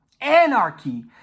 Anarchy